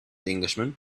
englishman